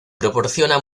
proporciona